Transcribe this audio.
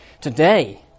today